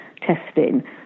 testing